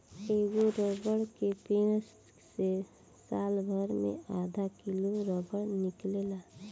एगो रबर के पेड़ से सालभर मे आधा किलो रबर निकलेला